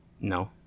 No